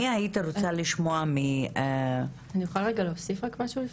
אני יכולה רגע להוסיף משהו?